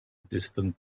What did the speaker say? distant